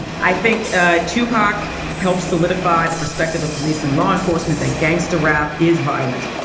i think ah tupac helped solidify the perspective of police and law enforcement that gangsta rap is violent,